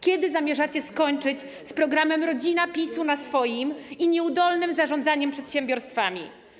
Kiedy zamierzacie skończyć z programem: rodzina PiS-u na swoim i nieudolnym zarządzaniem przedsiębiorstwami?